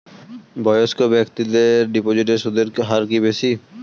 বয়স্ক ব্যেক্তিদের কি ডিপোজিটে সুদের হার বেশি?